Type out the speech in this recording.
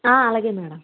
అలాగే మేడం